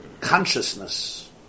consciousness